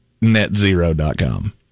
netzero.com